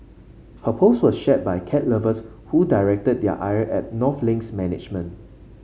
her post was shared by cat lovers who directed their ire at North Link's management